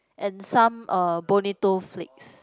and some uh bonito flakes